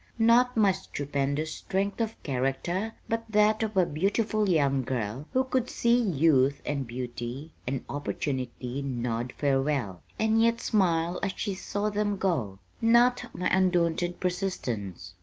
not my stupendous strength of character, but that of a beautiful young girl who could see youth and beauty and opportunity nod farewell, and yet smile as she saw them go. not my undaunted persistence,